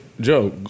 Joe